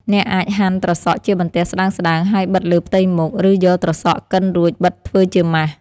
អ្នកអាចហាន់ត្រសក់ជាបន្ទះស្តើងៗ ហើយបិទលើផ្ទៃមុខ ឬយកត្រសក់កិនរួចបិទធ្វើជាម៉ាស។